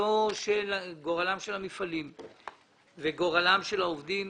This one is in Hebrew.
גורלם של המפעלים וגורלם של העובדים